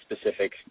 specific